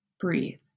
breathe